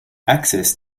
access